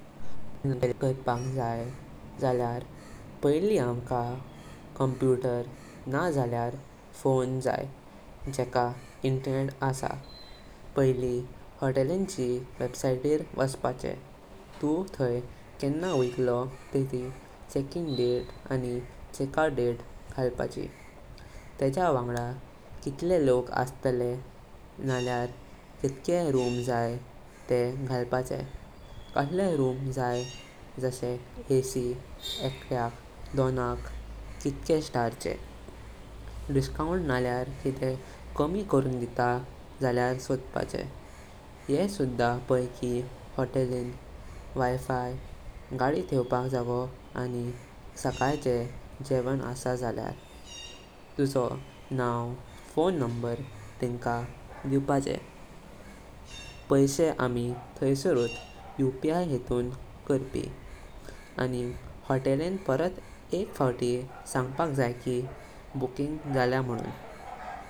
Road ट्रिपिर भावपाक आमका कितले लोग येतले तेह पावून गाडी नालयर बस गेवपाची। गाडी गेता झालयर येह पावपाक जाए की कोण कोण गाडी चलतलो आनि कितले उगोटक। खाई काही वाचपाक जाए आनि तेजो रूट मॅप गेवून प्लॅन करपाचें अस्तां। मोदी जेवपक आनि किडे जाई झालयर रवपक पडताले तेह सुद्धा मॅपिर गालून ठेवपाचे। वैत तेनं कसले कडपडें गालपक जाई तेह पावपाचे। वाटेर खावपक वार्तां तेह सुद्धा पावपक जाई।